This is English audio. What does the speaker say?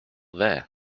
there